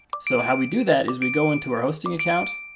so how we do that is we go into our hosting account.